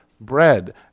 bread